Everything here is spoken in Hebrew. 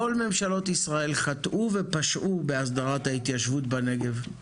כל ממשלות ישראל חטאו ופשעו בהסדרת ההתיישבות בנגב.